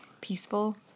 Peaceful